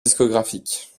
discographiques